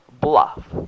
bluff